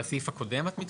על הסעיף הקודם את מתכוונת?